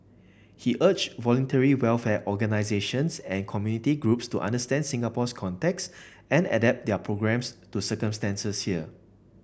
he urged Voluntary Welfare Organisations and community groups to understand Singapore's context and adapt their programmes to circumstances here